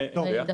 זה היה חשוף לכל.